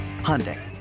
Hyundai